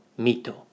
mito